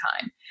time